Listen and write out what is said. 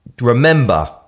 Remember